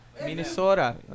Minnesota